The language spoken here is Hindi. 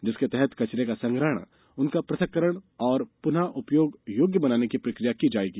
जिसके तहत कचरे का संग्रहण उनका पृथक्करण और पुनः उपयोग योग्य बनाने की प्रक्रिया की जाएगी